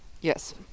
Yes